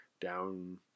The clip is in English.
down